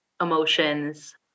emotions